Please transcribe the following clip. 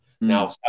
now